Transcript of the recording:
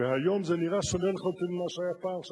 והיום זה נראה שונה לחלוטין ממה שהיה פעם.